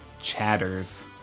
chatters